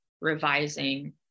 revising